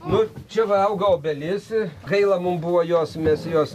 nu čia va augo obelis gaila mum buvo jos mes jos